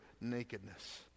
nakedness